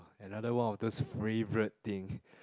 another one of those favourite thing